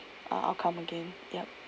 uh I'll come again yup